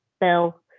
bill